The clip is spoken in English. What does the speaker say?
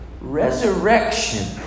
resurrection